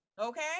okay